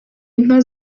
inka